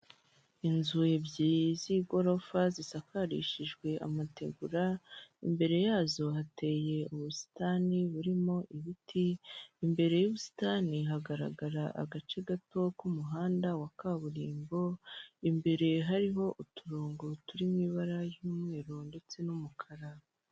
Inzu ebyiri z'igorofa zisakarishijwe amategura, imbere yazo hateye ubusitani burimo ibiti, imbere y'ubusitani hagaragarara agace gato k'umuhanda wa kaburimbo, imbere hariho uturongo turi mu ibara ry'umweru ndetse n'umukara.